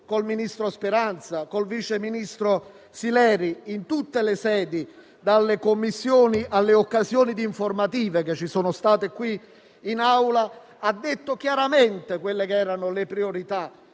il ministro Speranza, con il vice ministro Sileri, in tutte le sedi, dalle Commissioni alle occasioni di informative che ci sono state qui in Aula, ha detto chiaramente quali erano le priorità